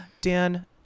Dan